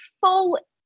full